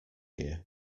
year